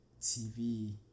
TV